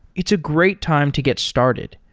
it's a great time to get started.